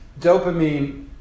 Dopamine